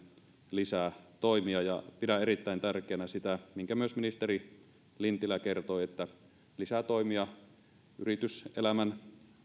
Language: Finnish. lisää toimia pidän erittäin tärkeänä sitä minkä myös ministeri lintilä kertoi että lisää toimia yrityselämän